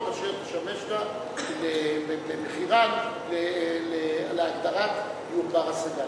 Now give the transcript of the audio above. אשר תשמשנה במחירן להגדרת דיור בר-השגה.